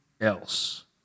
else